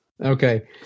Okay